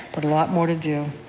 but a lot more to do.